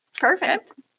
Perfect